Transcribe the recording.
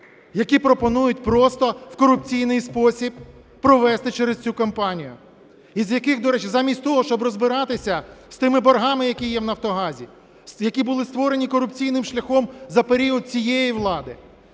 які пропонують просто в корупційний спосіб провести через цю компанію. І з яких, до речі, замість того, щоб розбиратися з тими боргами, які є в Нафтогазі, які були створені корупційним шляхом за період цієї влади,